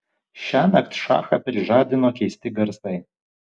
šiąnakt šachą prižadino keisti garsai